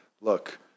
look